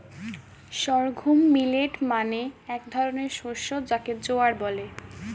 sorghum millet মানে এক ধরনের শস্য যাকে জোয়ার বলে